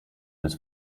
des